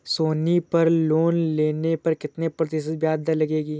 सोनी पर लोन लेने पर कितने प्रतिशत ब्याज दर लगेगी?